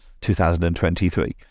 2023